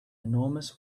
enormous